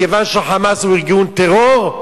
מכיוון ש"חמאס" הוא ארגון טרור,